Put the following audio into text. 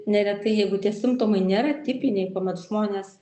neretai jeigu tie simptomai nėra tipiniai kuomet žmonės